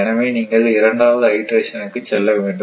எனவே நீங்கள் இரண்டாவது ஐடெரேசன்னுக்கு செல்ல வேண்டும்